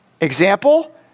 Example